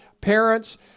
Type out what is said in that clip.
parents